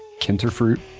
Kinterfruit